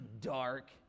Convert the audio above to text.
dark